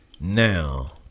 Now